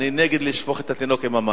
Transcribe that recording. אני נגד לשפוך את התינוק עם המים.